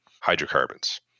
hydrocarbons